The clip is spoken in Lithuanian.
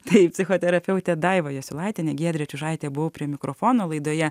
tai psichoterapeutė daiva jasiulaitienė giedrė čiužaitė buvau prie mikrofono laidoje